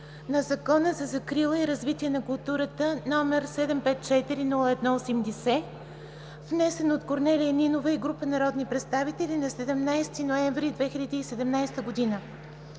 на Закона за закрила и развитие на културата, № 754-01-80, внесен от Корнелия Нинова и група народни представители на 17 ноември 2017 г.